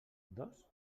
dos